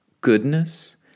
goodness